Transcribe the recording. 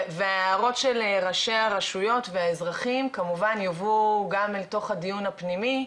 וההערות של ראשי הרשויות והאזרחים כמובן יובאו גם אל תוך הדיון הפנימי,